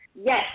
Yes